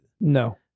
No